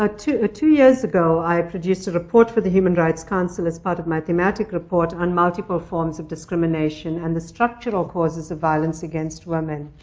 ah two ah two years ago, i produced a report for the human rights council as part of my thematic report on multiple forms of discrimination, and the structural causes of violence against women.